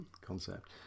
concept